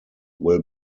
will